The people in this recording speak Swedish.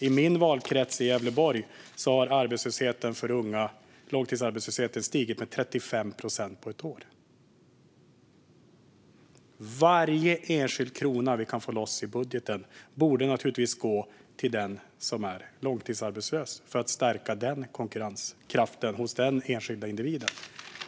I min valkrets, Gävleborg, har långtidsarbetslösheten för unga stigit med 35 procent på ett år. Varje enskild krona vi kan få loss i budgeten borde naturligtvis gå till den som är långtidsarbetslös för att stärka konkurrenskraften hos den enskilda individen.